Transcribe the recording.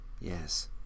Yes